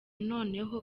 noneho